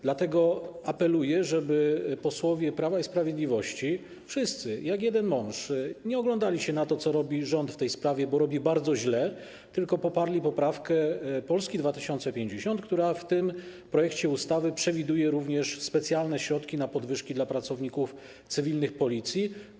Dlatego apeluję, żeby posłowie Prawa i Sprawiedliwości, wszyscy jak jeden mąż, nie oglądali się na to, co robi rząd w tej sprawie, bo robi bardzo źle, tylko poparli poprawkę Polski 2050, która w tym projekcie ustawy przewiduje również specjalne środki na podwyżki dla pracowników cywilnych Policji.